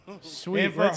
Sweet